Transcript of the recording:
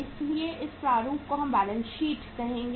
इसलिए इस प्रारूप को हम बैलेंस शीट कहेंगे